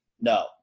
No